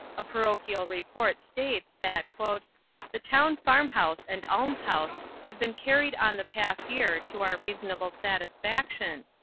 a parochial report states that the town farm-house and almshouse have been carried on the past year to our reasonable satisfaction,